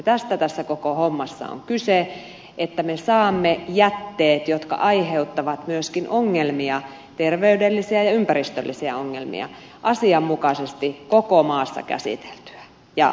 tästä tässä koko hommassa on kyse että me saamme jätteet jotka aiheuttavat myöskin ongelmia terveydellisiä ja ympäristöllisiä ongelmia asianmukaisesti koko maassa käsiteltyä ja huolehdittua